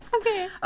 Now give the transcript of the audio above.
Okay